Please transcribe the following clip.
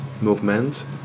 movement